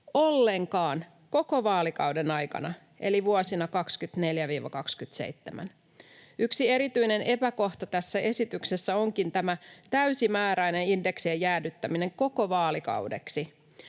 ollenkaan koko vaalikauden aikana eli vuosina 24—27. Yksi erityinen epäkohta tässä esityksessä onkin tämä täysimääräinen indeksien jäädyttäminen koko vaalikaudeksi.